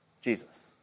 Jesus